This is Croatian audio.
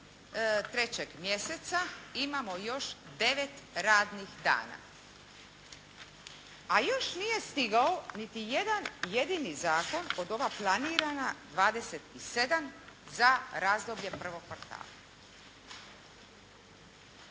3. mjeseca imamo još 9 radnih dana a još nije stigao niti jedan jedini zakon od ova planirana 27 za razdoblje prvog kvartala.